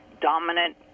dominant